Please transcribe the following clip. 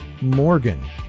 Morgan